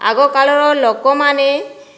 ଆଗ କାଳର ଲୋକମାନେ